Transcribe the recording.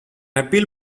appeal